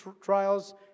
trials